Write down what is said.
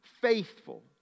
faithful